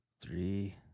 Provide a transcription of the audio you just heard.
Three